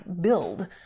build